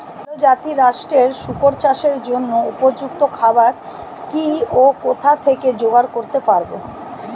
ভালো জাতিরাষ্ট্রের শুকর চাষের জন্য উপযুক্ত খাবার কি ও কোথা থেকে জোগাড় করতে পারব?